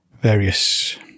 various